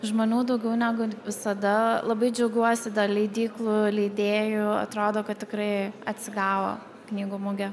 žmonių daugiau negu visada labai džiaugiuosi dėl leidyklų leidėjų atrodo kad tikrai atsigavo knygų mugė